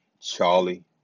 Charlie